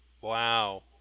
wow